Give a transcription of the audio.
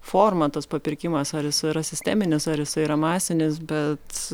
formą tas papirkimas ar jis yra sisteminis ar jisai yra masinis bet